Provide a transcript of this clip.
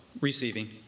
Receiving